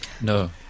No